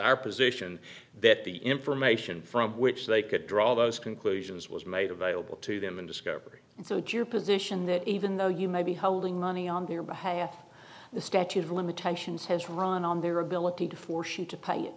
our position that the information from which they could draw those conclusions was made available to them in discovery so to position that even though you might be holding money on their behalf the statute of limitations has run on their ability to force you to put it